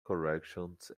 corrections